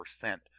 percent